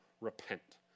repent